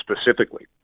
specifically